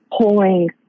pulling